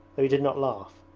though he did not laugh.